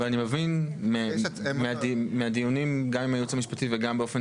אבל אני מבין מהדיונים גם עם הייעוץ המשפטי וגם באופן